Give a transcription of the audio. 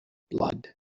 blood